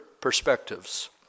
perspectives